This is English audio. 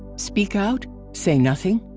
speak out? say nothing?